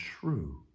true